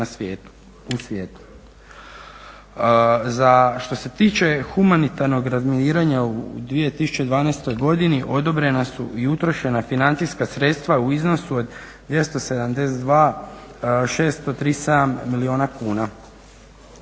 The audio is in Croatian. u svijetu. Za što se tiče humanitarnog razminiranja u 2012.godini odobrena su i utrošena financijska sredstva u iznosu od 272 637 milijuna kuna.